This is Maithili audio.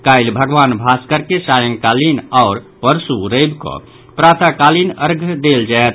काल्हि भगवान भास्कर के सायंकालीन आओर परसु रवि कऽ प्रातः कालीन अर्ध्य देल जायत